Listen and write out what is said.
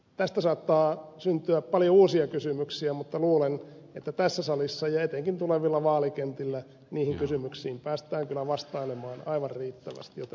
tästä saattaa syntyä paljon uusia kysymyksiä mutta luulen että tässä salissa ja etenkin tulevilla vaalikentillä niihin kysymyksiin päästään kyllä vastailemaan aivan riittävästi joten lopetan tähän